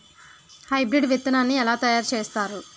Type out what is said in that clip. Hybrid విత్తనాన్ని ఏలా తయారు చేస్తారు?